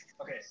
okay